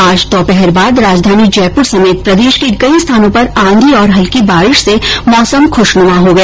आज दोपहर बाद राजधानी जयपुर समेत प्रदेश में कई स्थानों पर आंधी और हल्की बारिष से मौसम खुषनुमा हो गया